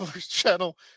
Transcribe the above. channel